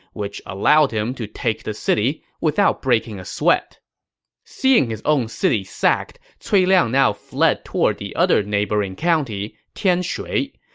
which allowed him to take the city without breaking a sweat seeing his own city sacked, cui liang now fled toward the other neighboring county, tianshui.